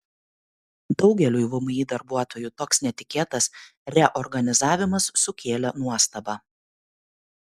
daugeliui vmi darbuotojų toks netikėtas reorganizavimas sukėlė nuostabą